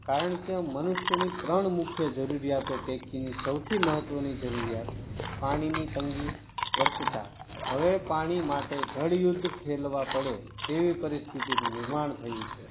કારણ કે મનુષ્યની ત્રણ મુખ્ય જરૂરિયાતો પૈકી સૌથી મહત્ત્વની જરૂરિયાત પાણીની તંગી વર્તતા હવે પાણી માટે જળયુદ્ધ ખેલવા પડે તેવી પરિસ્થિતિનું નિર્માણ થયું છે